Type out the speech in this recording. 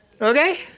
okay